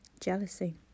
Jealousy